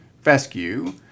fescue